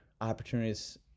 opportunities